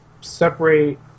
separate